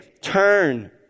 turn